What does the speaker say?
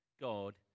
God